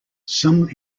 some